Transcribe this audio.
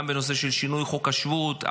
גם בנושא של שינוי חוק השבות,